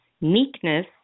meekness